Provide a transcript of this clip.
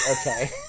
Okay